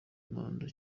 manda